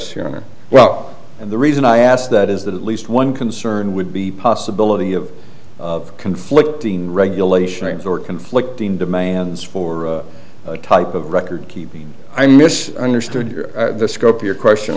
here well and the reason i ask that is that at least one concern would be possibility of conflicting regulations or conflicting demands for the type of record keeping i mis understood the scope of your question